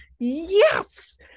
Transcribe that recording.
yes